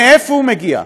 מאיפה הוא מגיע,